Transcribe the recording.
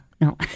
No